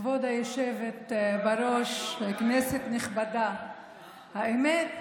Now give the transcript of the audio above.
כבוד היושבת-ראש, כנסת נכבדה, האמת,